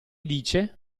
dice